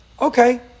Okay